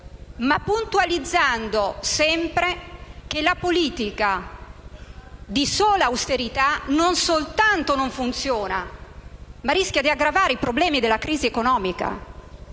ma puntualizzando sempre che la politica di sola austerità non soltanto non funziona, ma rischia di aggravare i problemi della crisi economica.